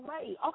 Okay